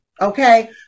okay